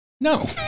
No